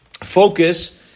focus